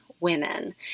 women